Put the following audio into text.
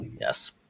Yes